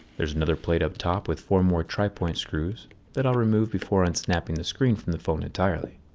there's another plate up top with four more tri point screws that i'll remove before unsnapping the screen from the phone entirely.